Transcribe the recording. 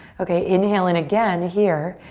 okay, inhale and again here,